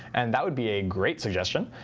and that would be a great suggestion.